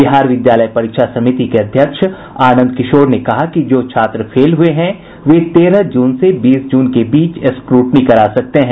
बिहार विद्यालय परीक्षा समिति के अध्यक्ष आनंद किशोर ने कहा कि जो छात्र फेल हुए हैं वे तेरह जून से बीस जून के बीच स्क्रूटनी करा सकते हैं